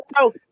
no